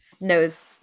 knows